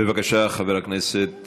בבקשה, חבר הכנסת